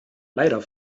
leider